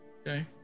okay